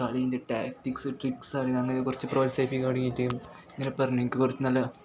കളീൻ്റെ tactics tricks അറിയാന്നെ കുറച്ചു പ്രോത്സാഹിപ്പിക്കാൻ തുടങ്ങിയിട്ട് ഇങ്ങനെ പറഞ്ഞ് എനിക്ക് കുറച്ച് നല്ല